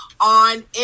on